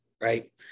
right